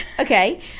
Okay